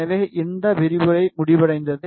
எனவே இந்த விரிவுரை முடிவடைந்தது